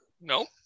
No